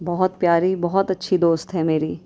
بہت پیاری بہت اچھی دوست ہے میری